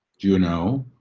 you know?